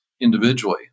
individually